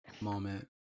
moment